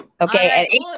Okay